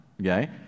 okay